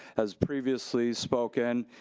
as previously spoken,